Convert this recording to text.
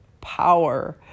power